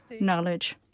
knowledge